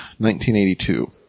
1982